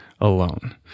alone